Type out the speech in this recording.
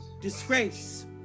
Disgrace